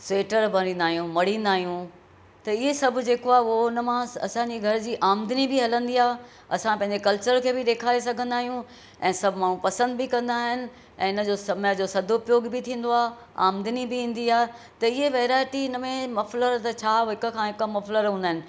sweater भरींदा आहियूं मड़ींदा आहियूं त इहे सभु जेको आहे वो हुन मां असांजे घर जी आमदनी बि हलंदी आहे असां पंहिंजे कल्चर खे बि ॾेखारे सघंदा आहियूं ऐं सभु माण्हू पसंदि बि कंदा आहिनि ऐं इन जो समय जो सदपियोग बि थींदो आहे आमदनी बि ईंदी आहे त इहे वैराइटी हिन में मफ़लर त छा हिकु खां हिकु मफ़लर हूंदा आहिनि